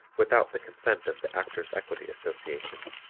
without the consent of the actors' equity association.